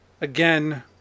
Again